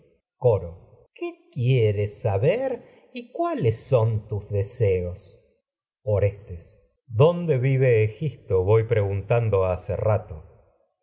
coro qué quieres saber y cuáles son orestes dónde vive egisto voy rato preguntando hace coro